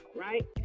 right